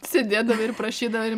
sėdėdavai ir prašydavai